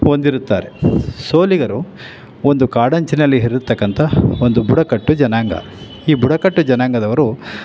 ಹೊಂದಿರುತ್ತಾರೆ ಸೋಲಿಗರು ಒಂದು ಕಾಡಂಚಿನಲ್ಲಿ ಇರತ್ತಕ್ಕಂಥ ಒಂದು ಬುಡಕಟ್ಟು ಜನಾಂಗ ಈ ಬುಡಕಟ್ಟು ಜನಾಂಗದವರು